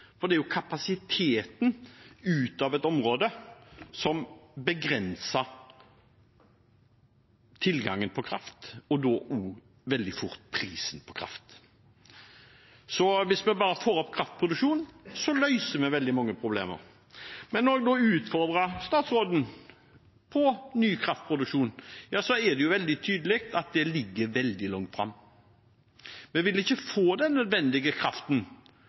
for det er kapasiteten ut av et område som begrenser tilgangen på kraft, og da også veldig fort prisen på kraft. Så hvis vi bare får opp kraftproduksjonen, løser vi veldig mange problemer. Men når jeg nå utfordret statsråden om ny kraftproduksjon, så er det veldig tydelig at det ligger veldig langt fram. Vi vil ikke få den nødvendige kraften